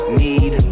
need